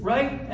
Right